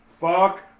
fuck